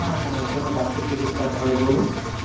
হ্যাঁ হ্যাঁ এখানে বাসের টিকিট কাটা হয় বলুন